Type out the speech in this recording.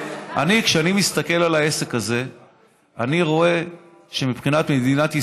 כשאני מסתכל על העסק הזה אני רואה שמבחינת מדינת ישראל,